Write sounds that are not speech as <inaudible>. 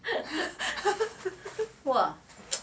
<laughs>